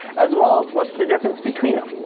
as well as what's the difference between them?